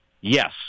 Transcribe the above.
Yes